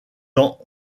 dans